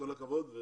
כל הכבוד.